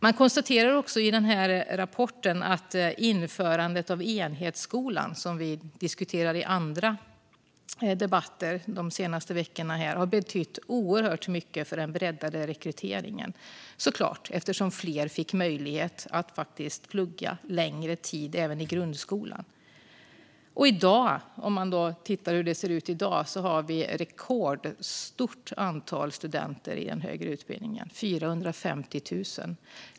Man konstaterar i den här rapporten att införandet av enhetsskolan, som vi har diskuterat i andra debatter de senaste veckorna, har betytt oerhört mycket för den breddade rekryteringen eftersom fler fick möjlighet att plugga längre tid även i grundskolan. Antalet studenter i högre utbildning är i dag rekordstort - 450 000.